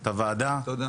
מה שחשוב,